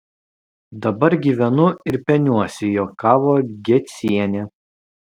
dabar gyvenu ir peniuosi juokavo gecienė